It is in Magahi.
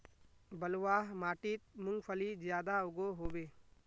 बलवाह माटित मूंगफली ज्यादा उगो होबे?